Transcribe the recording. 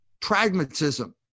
pragmatism